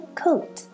coat